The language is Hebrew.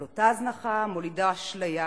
על אותה הזנחה, המולידה אשליה,